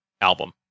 album